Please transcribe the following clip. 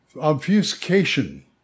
Obfuscation